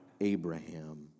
Abraham